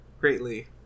Greatly